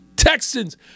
Texans